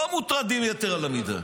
לא מוטרדים יתר על המידה.